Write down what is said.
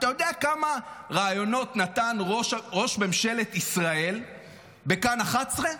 אתה יודע כמה ראיונות נתן ראש ממשלת ישראל בכאן 11?